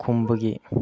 ꯈꯨꯝꯕꯒꯤ